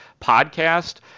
podcast